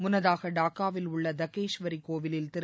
முன்னதாக டாக்காவில் உள்ள தகேஷ்வரி கோவிலில் திரு